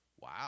Wow